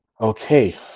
Okay